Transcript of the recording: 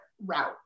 route